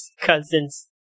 cousin's